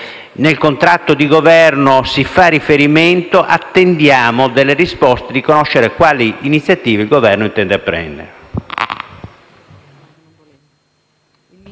Nel contratto di Governo vi si fa riferimento, attendiamo delle risposte e di conoscere quali iniziative il Governo intenda prendere.